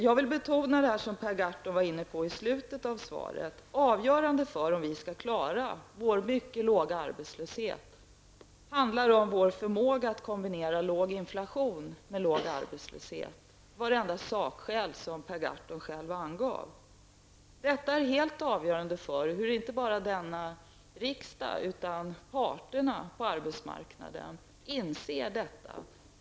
Jag vill vidare betona det som Per Gahrton var inne på i slutet av sitt anförande, nämligen att avgörande för hur vi skall klara vår mycket låga arbetslöshet är vår förmåga att kombinera låg inflation med låg arbetslöshet. Det var det enda sakskäl som Per Gahrton själv angav. Det helt avgörande är om inte bara denna riksdag utan också parterna på arbetsmarknaden inser detta.